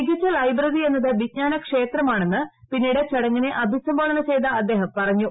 മികച്ച ലൈബ്രറി എന്നത് വിജ്ഞാനക്ഷേത്രമാണെന്ന് പിന്നീട് ചടങ്ങിനെ അഭിസംബോധന ചെയ്ത അദ്ദേഹം പറഞ്ഞു